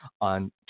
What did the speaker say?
on